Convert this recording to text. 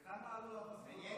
בכמה עלו המשכורות?